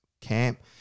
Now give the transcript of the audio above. camp